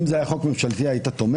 אם זה היה חוק ממשלתי, היית תומך?